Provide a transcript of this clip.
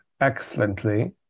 excellently